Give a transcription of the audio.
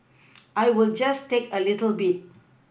I will just take a little bit